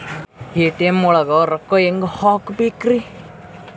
ATM ಒಳಗ್ ರೊಕ್ಕ ಹೆಂಗ್ ಹ್ಹಾಕ್ಬೇಕ್ರಿ?